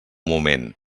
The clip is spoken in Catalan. moment